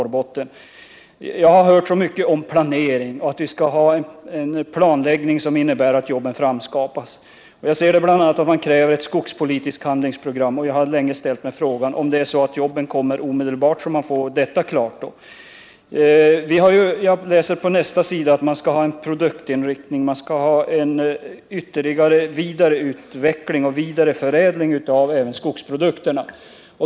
Jag har hört så mycket om planering — vi skall ha en planläggning som innebär att det skapas jobb. Socialdemokraterna kräver i sin motion bl.a. ett skogspolitiskt handlingsprogram. Jag har länge frågat mig om jobben då kommer omedelbart. På en annan sida i motionen läser jag att man vill ha en vidareförädling av skogsprodukterna.